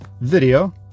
video